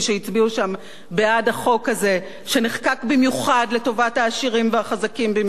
שם בעד החוק הזה שנחקק במיוחד לטובת העשירים והחזקים במיוחד?